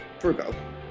Virgo